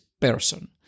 person